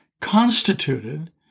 constituted